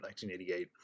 1988